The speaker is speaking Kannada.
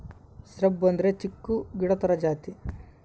ಶ್ರಬ್ ಅಂದ್ರೆ ಚಿಕ್ಕು ಗಿಡ ತರ ಜಾತಿ